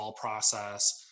process